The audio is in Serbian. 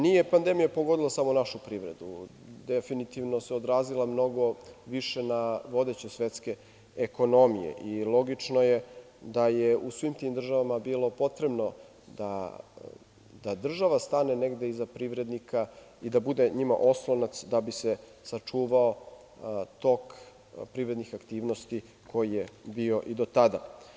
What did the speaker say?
Nije pandemija pogodila samo našu privredu, definitivno se odrazila mnogo više na vodeće svetske ekonomije i logično je da je u svim tim državama bilo potrebno da država stane negde iza privrednika i da bude njima oslonac da bi se sačuvao tok privrednih aktivnosti koji je bio i do tada.